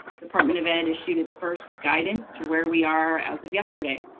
department of ed issued its first guidance to where we are as of yesterday.